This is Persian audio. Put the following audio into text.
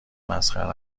مسخره